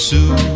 Sue